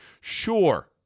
Sure